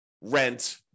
rent